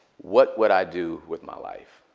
what would i do with my life?